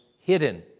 hidden